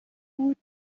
بود